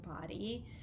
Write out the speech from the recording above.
body